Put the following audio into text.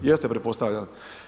Jeste pretpostavljam.